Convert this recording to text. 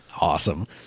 Awesome